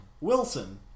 Wilson